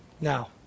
Now